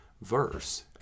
verse